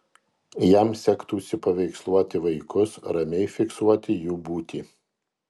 jam sektųsi paveiksluoti vaikus ramiai fiksuoti jų būtį